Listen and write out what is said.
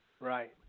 Right